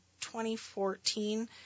2014